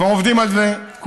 כבר עובדים על זה תקופה,